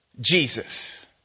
Jesus